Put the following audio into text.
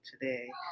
today